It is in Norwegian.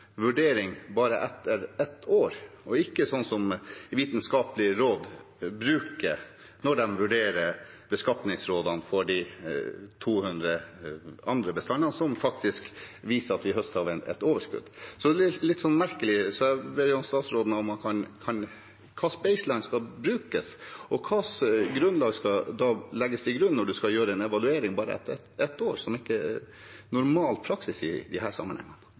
vurdering bare etter ett år, ikke sånn som Vitenskapelig råd bruker når de vurderer beskatningsrådene for de 200 andre bestandene, som faktisk viser at vi høster av et overskudd. Så det er litt merkelig. Jeg ber statsråden om å si hva slags «baseline» som skal brukes. Og hva skal legges til grunn når man skal gjøre en evaluering etter bare ett år, som ikke er normal praksis i disse sammenhengene?